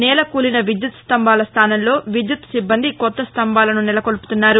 నేలకూలిన విద్యుత్ స్దంభాల స్దానంలో విద్యుత్ సిబ్బంది కొత్త స్దంభాలను నెలకొల్పుతున్నారు